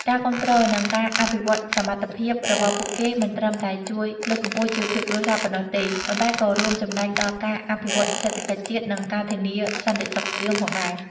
ការគាំទ្រ និងការអភិវឌ្ឍសមត្ថភាពរបស់ពួកគេ មិនត្រឹមតែជួយលើកកម្ពស់ជីវភាពគ្រួសារប៉ុណ្ណោះទេ ប៉ុន្តែក៏រួមចំណែកដល់ការអភិវឌ្ឍសេដ្ឋកិច្ចជាតិ និងការធានាសន្តិសុខស្បៀងផងដែរ។